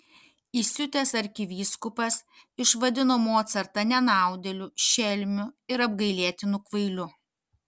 įsiutęs arkivyskupas išvadino mocartą nenaudėliu šelmiu ir apgailėtinu kvailiu